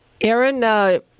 Aaron